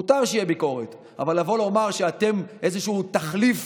מותר שתהיה ביקורת, אבל לומר שאתם איזשהו תחליף